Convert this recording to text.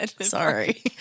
Sorry